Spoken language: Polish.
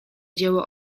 dzieło